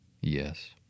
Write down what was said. Yes